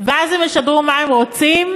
ואז הם ישדרו מה-הם-רוצים?